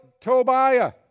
Tobiah